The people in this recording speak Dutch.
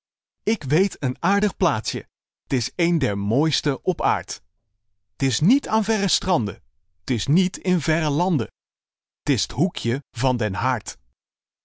ik weet een aardig plaatsje t is een der mooiste op aard t is niet aan verre stranden t is niet in verre landen t is t hoekje van den haard